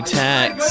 tax